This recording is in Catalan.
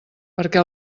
perquè